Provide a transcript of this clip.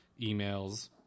emails